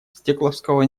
стекловского